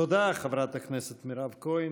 תודה, חברת הכנסת מירב כהן.